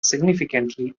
significantly